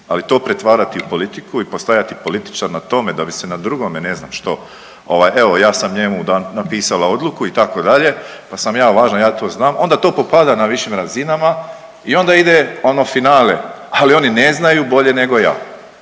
Ali to pretvarati u politiku i postajati političar na tome da bi se na drugome ne znam što, ovaj ja sam njemu napisala odluku itd., pa sam ja važna ja to znam onda to popada na višim razinama i onda ide ono finale, ali oni ne znaju bolje nego ja